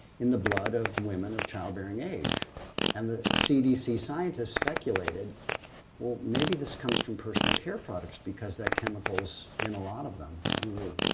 in the blood of women of childbearing age and the cdc scientists speculated maybe this comes from personal care products because that chemical's in a lot of them, we were,